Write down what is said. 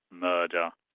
murder.